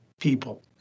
people